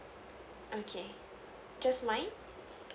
okay just mine